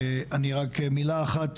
רק מילה אחת,